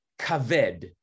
Kaved